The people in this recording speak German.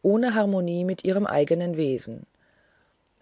ohne harmonie mit ihrem eigenen wesen